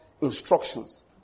instructions